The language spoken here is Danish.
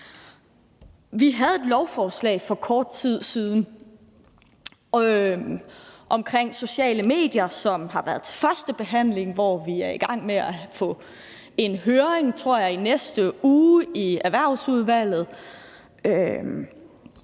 Vi havde et lovforslag for kort tid siden omkring sociale medier, som har været til første behandling, og hvor vi er i gang med at få en høring, i næste uge tror jeg, i Erhvervsudvalget,